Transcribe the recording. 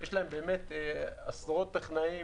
יש להן עשרות טכנאים